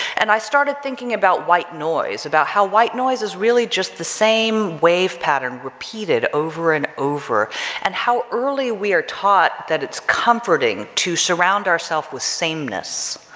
and i started thinking about white noise about how white noise is really just the same wave pattern repeated over and over and how early we are taught that it's comforting to surround ourselves with sameness